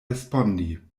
respondi